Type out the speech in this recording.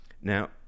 Now